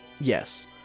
Yes